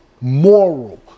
moral